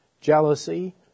jealousy